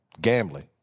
gambling